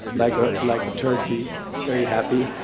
like ah like a turkey very happy